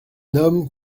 homme